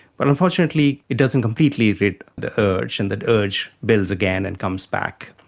but unfortunately it doesn't completely rid the urge and that urge builds again and comes back.